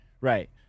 Right